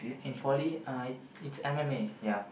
and poly uh it it's M_M_A ya